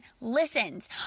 listens